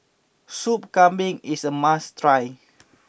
Sup Kambing is a must try